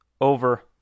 over